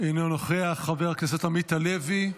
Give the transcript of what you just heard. אינו נוכח, חבר הכנסת עמית הלוי,